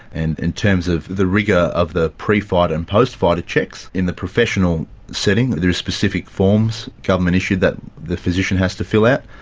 and in terms of the rigour of the pre-fight and post-fighter checks, in the professionals setting there are specific forms, government issued, that the physician has to fill out,